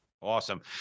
Awesome